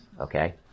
Okay